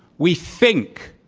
we think,